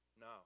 No